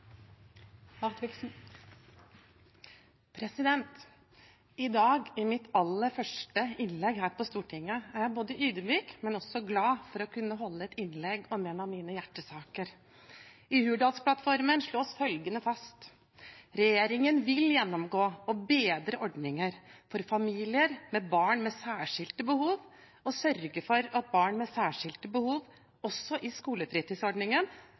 både ydmyk og glad for å kunne holde et innlegg om en av mine hjertesaker. I Hurdalsplattformen slås følgende fast: Regjeringen vil «[g]jennomgå og betre ordningar for familiar med barn med særskilte behov, og sørgje for at barn med særskilte behov også i